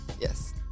Yes